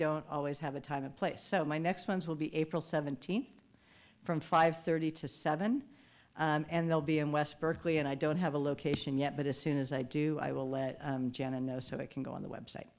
don't always have a time and place so my next ones will be april seventeenth from five thirty to seven and they'll be in west berkeley and i don't have a location yet but as soon as i do i will let jenna know so i can go on the website